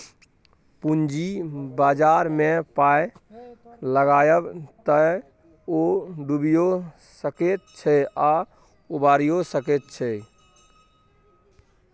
पूंजी बाजारमे पाय लगायब तए ओ डुबियो सकैत छै आ उबारियौ सकैत छै